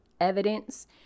evidence